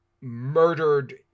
murdered